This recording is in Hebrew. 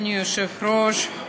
אדוני היושב-ראש,